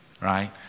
right